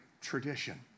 tradition